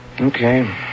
Okay